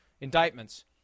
indictments